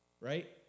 right